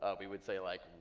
ah we would say, like,